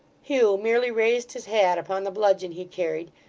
hugh merely raised his hat upon the bludgeon he carried,